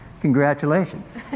Congratulations